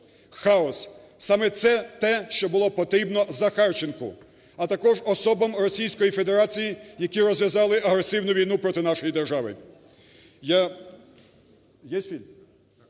хаос. Саме це те, що було потрібно Захарченку, а також особам Російської Федерації, які розв'язали агресивну війну проти нашої держави.